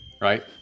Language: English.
right